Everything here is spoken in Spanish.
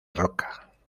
roca